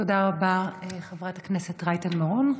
תודה רבה, חברת הכנסת רייטן מרום.